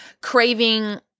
craving